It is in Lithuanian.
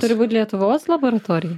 turi būt lietuvos laboratorija